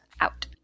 out